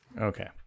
Okay